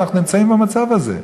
אנחנו נמצאים במצב הזה?